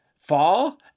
fall